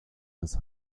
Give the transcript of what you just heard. des